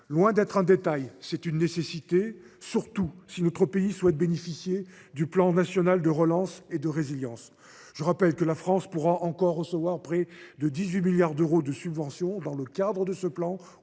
Loin d’être un détail, c’est une nécessité, surtout si notre pays souhaite bénéficier du plan national de relance et de résilience. Je rappelle que la France pourra encore recevoir près de 18 milliards d’euros de subventions dans le cadre de ce plan,